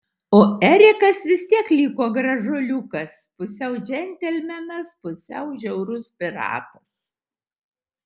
o erikas vis tiek liko gražuoliukas pusiau džentelmenas pusiau žiaurus piratas